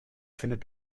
findet